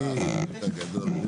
[היו"ר יעקב אשר]